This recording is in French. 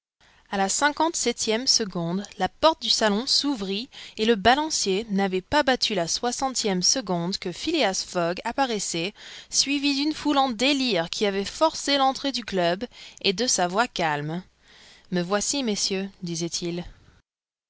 a la cinquante-septième seconde la porte du salon s'ouvrit et le balancier n'avait pas battu la soixantième seconde que phileas fogg apparaissait suivi d'une foule en délire qui avait forcé l'entrée du club et de sa voix calme me voici messieurs disait-il